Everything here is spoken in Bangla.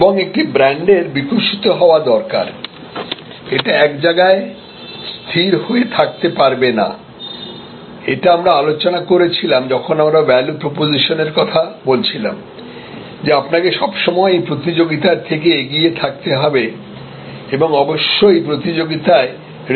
এবং একটি ব্র্যান্ডের বিকশিত হওয়া দরকার এটা এক জায়গায় স্থির হয়ে থাকতে পারবে না এটা আমরা আলোচনা করেছিলাম যখন আমরা ভ্যালু প্রপজিশনের কথা বলছিলাম যে আপনাকে সবসময়ই প্রতিযোগিতার থেকে এগিয়ে থাকতে হবে এবং অবশ্যই প্রতিযোগিতায় রেসপন্স করতে হবে